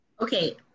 Okay